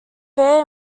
fair